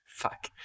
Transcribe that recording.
fuck